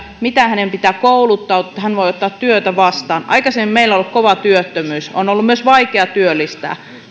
miten hänen pitää kouluttautua että hän voi ottaa työtä vastaan aikaisemmin meillä on ollut kova työttömyys on ollut myös vaikea työllistää